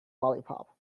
lollipop